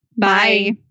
Bye